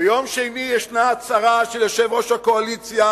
ביום שני יש הצהרה של יושב-ראש הקואליציה